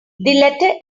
letter